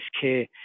care